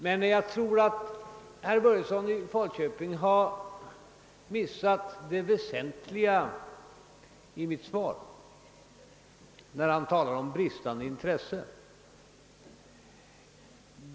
Men jag tror att herr Börjesson i Falköping har missat det väsentliga i mitt svar när han talar om bristande intresse.